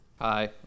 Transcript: Hi